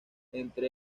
entra